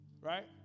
right